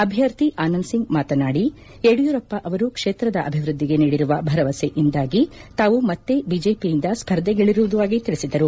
ಅಭ್ಲರ್ಥಿ ಅನಂದ್ ಸಿಂಗ್ ಮಾತನಾಡಿ ಯಡಿಯೂರಪ್ಪ ಅವರು ಕ್ಷೇತ್ರದ ಅಭಿವೃದ್ದಿಗೆ ನೀಡಿರುವ ಭರವಸೆಯಿಂದಾಗಿ ತಾವು ಮತ್ತೆ ಬಿಜೆಪಿಯಿಂದ ಸ್ಪರ್ದೆಗಳಿದಿರುವುದಾಗಿ ತಿಳಿಸಿದರು